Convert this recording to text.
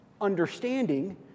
Understanding